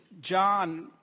John